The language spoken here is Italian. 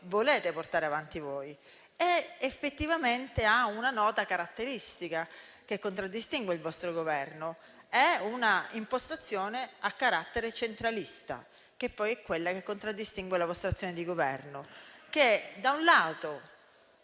volete portare avanti voi. Effettivamente, ha una nota caratteristica, che contraddistingue il vostro Governo: ha un'impostazione a carattere centralista, che è poi quella che contraddistingue la vostra azione di governo che, da un lato,